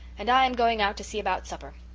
and i am going out to see about supper.